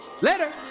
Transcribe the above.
Later